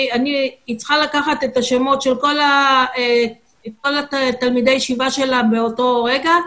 היא צריכה לקחת את השמות של תלמידי הישיבה באותו רגע,